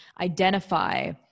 identify